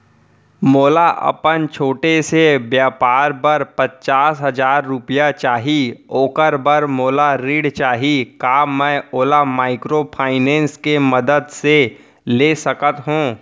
मोला अपन छोटे से व्यापार बर पचास हजार रुपिया चाही ओखर बर मोला ऋण चाही का मैं ओला माइक्रोफाइनेंस के मदद से ले सकत हो?